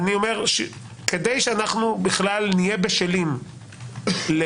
כדי שאנחנו בכלל נהיה בשלים לזה,